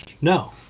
no